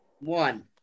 One